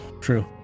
true